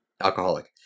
alcoholic